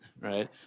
right